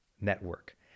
network